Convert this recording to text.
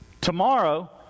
Tomorrow